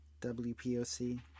wpoc